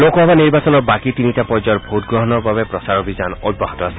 লোকসভা নিৰ্বাচনৰ বাকী তিনিটা পৰ্যায়ৰ ভোটগ্ৰহণৰ বাবে প্ৰচাৰ অভিযান অব্যাহত আছে